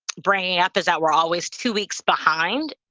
bringing up is that we're always two weeks behind